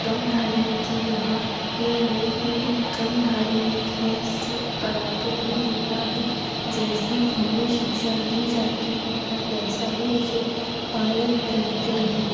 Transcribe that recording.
कम धार्मिक यहाँ या नई पीढ़ी कम धार्मिक हैं सब बराबर ही होता है जैसा हमें शिक्षा दी जाती है हम वैसा ही उसे पालन करते हैं